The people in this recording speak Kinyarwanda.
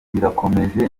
birakomeje